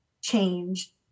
change